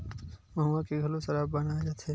मउहा के घलोक सराब बनाए जाथे